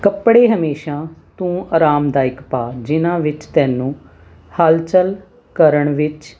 ਕੱਪੜੇ ਹਮੇਸ਼ਾ ਤੂੰ ਆਰਾਮਦਾਇਕ ਪਾ ਜਿਹਨਾਂ ਵਿੱਚ ਤੈਨੂੰ ਹਲਚਲ ਕਰਨ ਵਿੱਚ